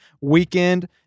weekend